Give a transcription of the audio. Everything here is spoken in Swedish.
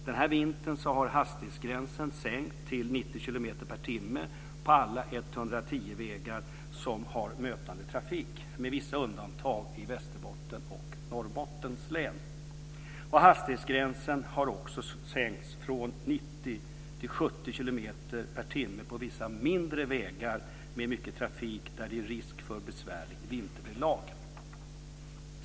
Den här vintern har hastighetsgränsen sänkts till 90 kilometer per timme på alla 110-vägar som har mötande trafik med vissa undantag i Västerbottens och Norrbottens län. Hastighetsgränsen har också sänkts från 90 till 70 kilometer per timme på vissa mindre vägar med mycket trafik där det är risk för besvärligt vinterväglag.